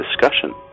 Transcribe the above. discussion